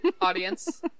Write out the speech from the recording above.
audience